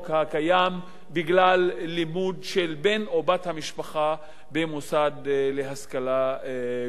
בגלל לימוד של בן או בת המשפחה במוסד להשכלה גבוהה.